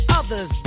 others